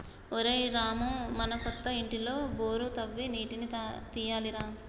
ఒరేయ్ రామూ మన కొత్త ఇంటిలో బోరు తవ్వి నీటిని తీయాలి రా